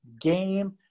game